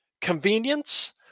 Convenience